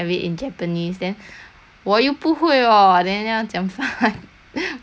我又不会 orh then 要这样 find 买 ah 浪费钱